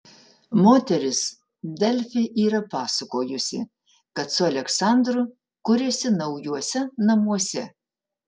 moteris delfi yra pasakojusi kad su aleksandru kuriasi naujuose namuose